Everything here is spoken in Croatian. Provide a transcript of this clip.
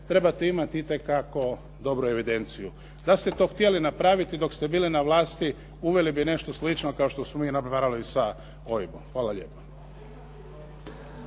trebate imati itekako dobru evidenciju. Da ste to htjeli napraviti dok ste bili na vlasti uveli bi nešto slično kao što smo mi napravili sa OIB-om. Hvala lijepo.